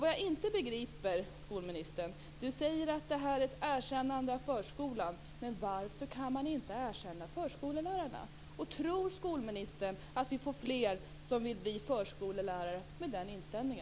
Vad jag inte begriper är att skolministern säger att detta är ett erkännande av förskolan. Men varför kan man inte erkänna förskollärarna? Tror skolministern att man med den inställningen får fler som vill bli förskollärare?